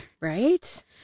Right